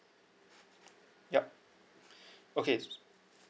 yup okay